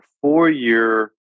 four-year